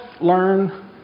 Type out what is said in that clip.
learn